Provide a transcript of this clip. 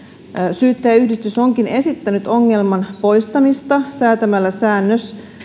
syyttäjäyhdistys onkin esittänyt ongelman poistamista säätämällä säännös